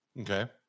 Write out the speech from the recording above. Okay